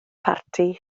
parti